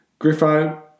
Griffo